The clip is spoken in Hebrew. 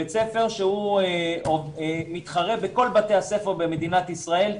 בית ספר שהוא מתחרה בכל בתי הספר במדינת ישראל.